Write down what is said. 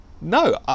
No